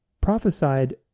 prophesied